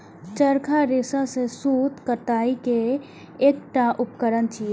चरखा रेशा सं सूत कताइ के एकटा उपकरण छियै